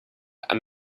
and